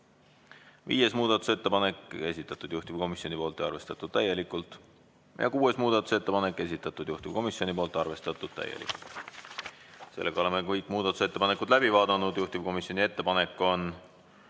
Viies muudatusettepanek, esitatud juhtivkomisjoni poolt ja arvestatud täielikult. Kuues muudatusettepanek, esitatud juhtivkomisjoni poolt, arvestatud täielikult. Sellega oleme kõik muudatusettepanekud läbi vaadanud. Juhtivkomisjoni ettepanek on